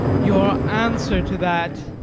your answer to that.